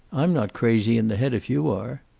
i'm not crazy in the head, if you are.